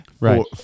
Right